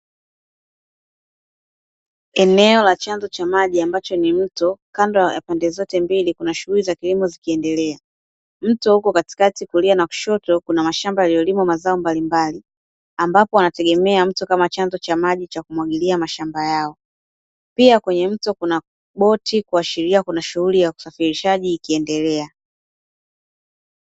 Eneo la chanzo cha maji ambacho ni mto, kando ya pande zote mbili kuna shughuli za kilimo zikiendelea. Mto upo katikati, kulia na kushoto kuna mashamba yaliyolimwa mazao mbalimbali, ambapo wanategemea mto kama chanzo cha maji cha kumwagilia mashamba yao. Pia, kwenye mto kuna boti kuashiria kuna shughuli ya usafirishaji ikiendelea.